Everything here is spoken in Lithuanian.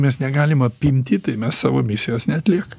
mes negalim apimti tai mes savo misijos neatliekam